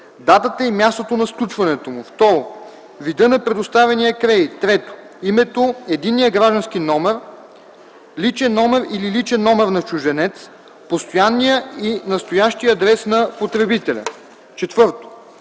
датата и мястото на сключването му; 2. вида на предоставения кредит; 3. името, единния граждански номер (личен номер или личен номер за чужденец), постоянния и настоящия адрес на потребителя; 4.